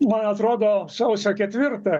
man atrodo sausio ketvirtą